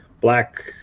black